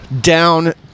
down